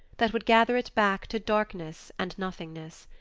that would gather it back to darkness and nothingness.